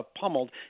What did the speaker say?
pummeled